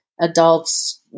adults